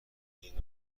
این